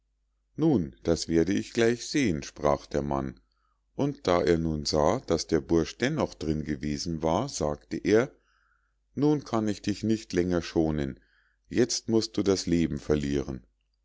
nun das werde ich gleich sehen sprach der mann und da er nun sah daß der bursch dennoch drin gewesen war sagte er nun kann ich dich nicht länger schonen jetzt musst du das leben verlieren